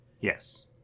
yes